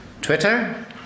Twitter